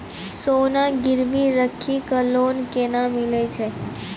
सोना गिरवी राखी कऽ लोन केना मिलै छै?